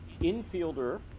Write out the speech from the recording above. infielder